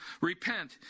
Repent